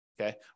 okay